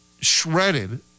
shredded